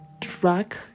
track